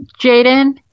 Jaden